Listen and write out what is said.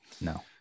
No